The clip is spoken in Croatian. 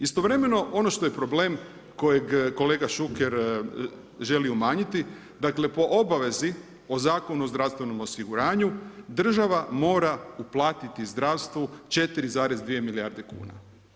Istovremeno ono što je problem kojeg kolega Šuker želi umanjiti, dakle, po obavezi o Zakonu o zdravstvenom osiguranju, država mora uplatiti zdravstvu 4,2 milijarde kuna.